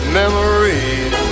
memories